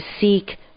seek